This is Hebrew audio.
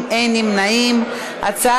(פטור מארנונה לבית-כנסת בתוך בית-מדרש),